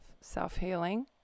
self-healing